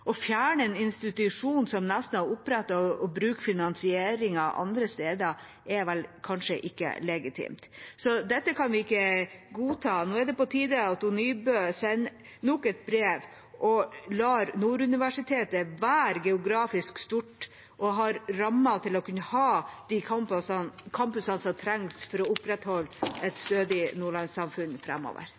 Å fjerne en institusjon som Nesna opprettet og bruke finansieringen andre steder, er kanskje ikke legitimt. Dette kan vi ikke godta. Nå er det på tide at Nybø sender nok et brev og lar Nord universitet være geografisk stort og ha rammer til å kunne ha de campusene som trengs for å opprettholde et stødig nordlandssamfunn